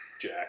Jack